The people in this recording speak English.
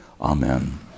Amen